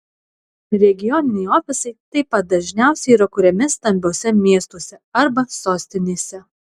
regioniniai ofisai taip pat dažniausiai yra kuriami stambiuose miestuose arba sostinėse